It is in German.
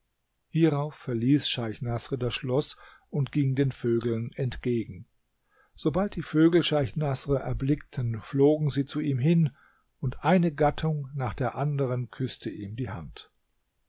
hierauf verließ scheich naßr das schloß und ging den vögeln entgegen sobald die vögel scheich naßr erblickten flogen sie zu ihm hin und eine gattung nach der anderen küßte ihm die hand